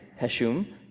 Heshum